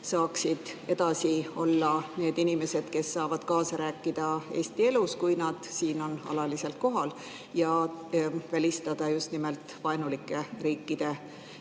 saaksid edasi olla need inimesed, kes saavad kaasa rääkida Eesti elus, kui nad on siin alaliselt kohal, ja välistada just nimelt vaenulike riikide,